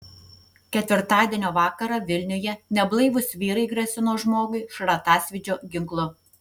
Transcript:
ketvirtadienio vakarą vilniuje neblaivūs vyrai grasino žmogui šratasvydžio ginklu